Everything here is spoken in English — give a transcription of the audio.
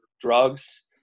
drugs